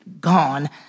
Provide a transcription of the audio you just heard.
gone